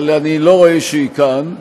אבל אני לא רואה שהיא כאן.